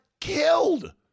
killed